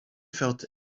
felt